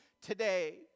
today